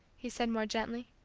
he said more gently.